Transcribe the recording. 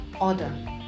order